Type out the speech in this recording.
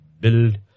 build